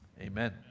amen